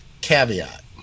caveat